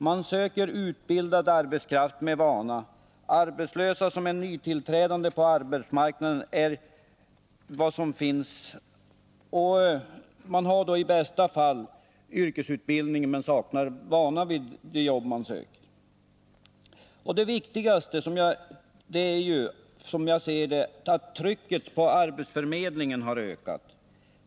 Man söker utbildad arbetskraft med vana, men arbetslösa som är nytillträdande på arbetsmarknaden är vad som finns att tillgå, och de har i bästa fall yrkesutbildning men saknar vana vid de jobb de söker. Det viktigaste i det här sammanhanget är som jag ser det att trycket på 107 arbetsförmedlingen har ökat.